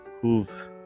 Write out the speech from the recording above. who've